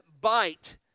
bite